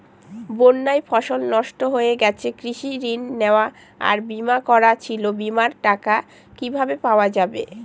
বন্যায় ফসল নষ্ট হয়ে গেছে কৃষি ঋণ নেওয়া আর বিমা করা ছিল বিমার টাকা কিভাবে পাওয়া যাবে?